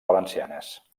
valencianes